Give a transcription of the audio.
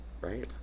right